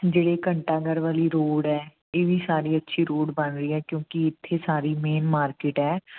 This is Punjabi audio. ਜਿਹੜੇ ਘੰਟਾ ਘਰ ਵਾਲੀ ਰੋਡ ਹੈ ਇਹ ਵੀ ਸਾਰੀ ਅੱਛੀ ਰੋਡ ਬਣ ਰਹੀ ਹੈ ਕਿਉਂਕਿ ਇੱਥੇ ਸਾਰੀ ਮੇਨ ਮਾਰਕੀਟ ਹੈ